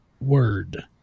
word